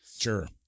Sure